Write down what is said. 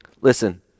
listen